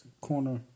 Corner